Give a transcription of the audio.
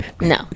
No